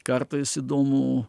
kartais įdomu